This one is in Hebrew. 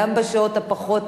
גם בשעות הפחות,